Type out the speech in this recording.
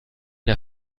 der